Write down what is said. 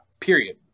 period